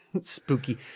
spooky